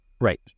Right